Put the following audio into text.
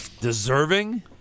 Deserving